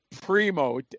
primo